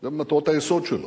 זה ממטרות היסוד שלו.